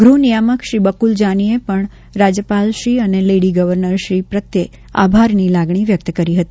ગૃહનિયામક શ્રી બકુલ જાનીએ પણ રાજ્યપાલશ્રી અને લેડી ગવર્નરશ્રી પ્રત્યે આભારની લાગણી વ્યક્ત કરી હતી